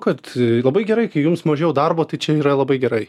kad labai gerai kai jums mažiau darbo tai čia yra labai gerai